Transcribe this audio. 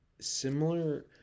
similar